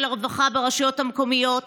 של הרווחה ברשויות המקומיות,